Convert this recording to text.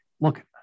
look